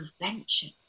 prevention